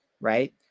right